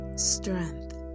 strength